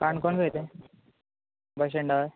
काणकोण खंय तें बस स्टेंडार